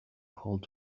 called